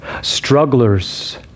strugglers